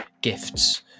gifts